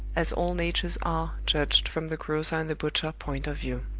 as all natures are judged from the grocer and the butcher point of view.